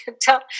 tell